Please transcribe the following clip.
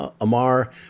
Amar